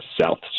south